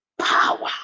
Power